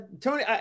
Tony